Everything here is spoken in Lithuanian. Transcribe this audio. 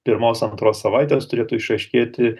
pirmos antros savaitės turėtų išaiškėti